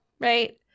right